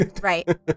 right